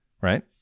right